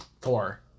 Thor